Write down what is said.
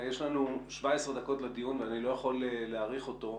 יש לנו 17 דקות לדיון ואני לא יכול להאריך אותו,